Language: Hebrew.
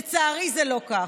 לצערי, זה לא כך.